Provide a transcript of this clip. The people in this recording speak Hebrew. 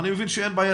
אני מבין שאין בעיית